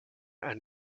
and